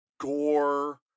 gore